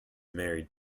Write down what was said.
married